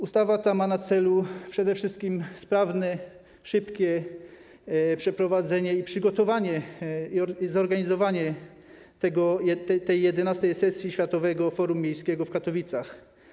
Ustawa ta ma na celu przede wszystkim sprawne, szybkie przeprowadzenie, przygotowanie i zorganizowanie XI sesji Światowego Forum Miejskiego w Katowicach.